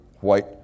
white